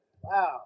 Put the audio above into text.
Wow